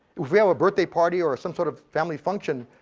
we have a birthday party or some sort of family function,